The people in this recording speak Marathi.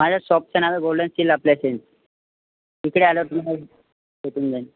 माझ्या शॉपचं नाव आहे गोल्डन स्टील अप्लायसेन्स इकडे आल्यावर तुम्हाला भेटून जाईन